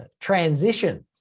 transitions